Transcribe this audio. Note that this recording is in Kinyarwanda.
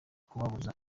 kubabuza